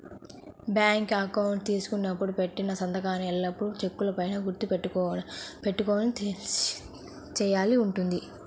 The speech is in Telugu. బ్యాంకు అకౌంటు తీసుకున్నప్పుడు పెట్టిన సంతకాన్నే ఎల్లప్పుడూ చెక్కుల పైన గుర్తు పెట్టుకొని చేయాల్సి ఉంటుంది